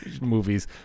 movies